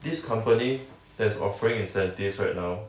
this company that's offering incentives right now